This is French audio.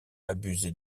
abusé